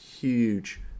huge